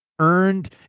earned